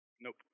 Nope